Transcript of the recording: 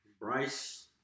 Bryce